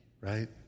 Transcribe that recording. Right